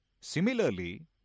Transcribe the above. similarly